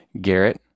Garrett